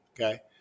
okay